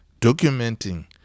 documenting